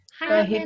Hi